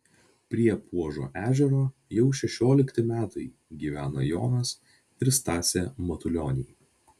prie puožo ežero jau šešiolikti metai gyvena jonas ir stasė matulioniai